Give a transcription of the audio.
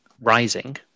rising